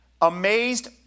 amazed